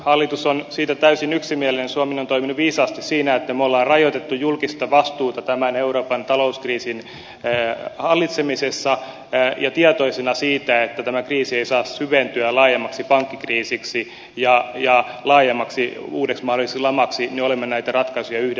hallitus on siitä täysin yksimielinen että suomi on toiminut viisaasti siinä että me olemme rajoittaneet julkista vastuuta tämän euroopan talouskriisin hallitsemisessa ja tietoisina siitä että tämä kriisi ei saa syventyä laajemmaksi pankkikriisiksi ja laajemmaksi uudeksi mahdolliseksi lamaksi olemme näitä ratkaisuja yhdessä tehneet